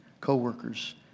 co-workers